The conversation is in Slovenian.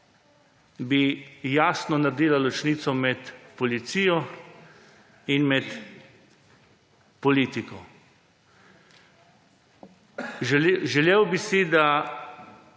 jasno naredila ločnico med policijo in med politiko. Želel bi si, da